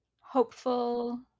hopeful